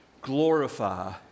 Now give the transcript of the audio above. glorify